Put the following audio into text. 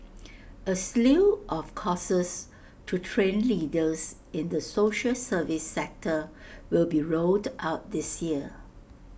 A slew of courses to train leaders in the social service sector will be rolled out this year